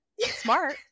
Smart